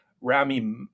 Rami